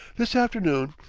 this afternoon,